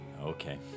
Okay